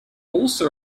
also